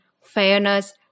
fairness